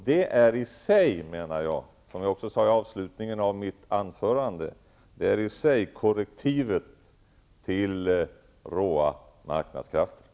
Det är i sig -- vilket jag sade avslutningsvis i mitt anförande -- korrektivet till råa marknadskrafter.